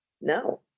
No